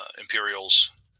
Imperials